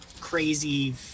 crazy